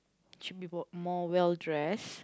she be bought more well dressed